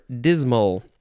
dismal